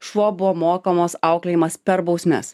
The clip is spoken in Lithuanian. šuo buvo mokomas auklėjimas per bausmes